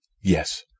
Yes